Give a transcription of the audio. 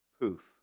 Poof